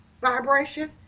vibration